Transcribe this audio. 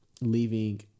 leaving